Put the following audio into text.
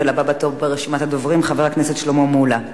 הבא בתור ברשימת הדוברים, חבר הכנסת שלמה מולה,